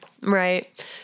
Right